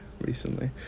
recently